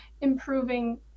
improving